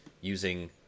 using